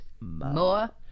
More